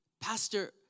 Pastor